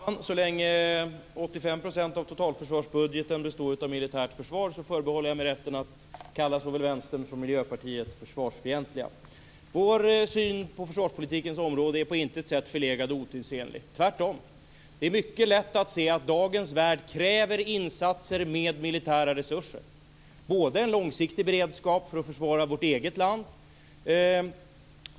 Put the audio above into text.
Herr talman! Så länge 85 % av totalförsvarsbudgeten handlar om militärt försvar förbehåller jag mig rätten att kalla såväl Vänstern som Miljöpartiet försvarsfientliga. Vår syn på försvarspolitikens område är på intet sätt förlegad och otidsenlig, tvärtom. Det är mycket lätt att se att dagens värld kräver insatser med militära resurser. Det handlar om en långsiktig beredskap för att vi ska kunna försvara vårt eget land.